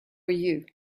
you